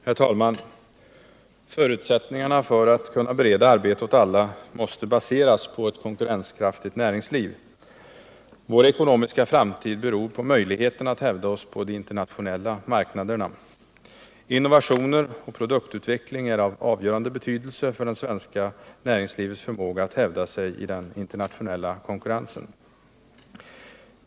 Herr talman! Förutsättningarna för att kunna bereda arbete åt alla måste baseras på ett konkurrenskraftigt näringsliv. Vår ekonomiska framtid beror på möjligheterna att hävda oss på de internationella marknaderna. Innovationer och produktutveckling är av avgörande betydelse för det svenska näringslivets förmåga att hävda sig i den internationella konkurrensen.